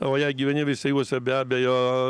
o jei gyveni veisiejuose be abejo